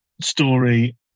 Story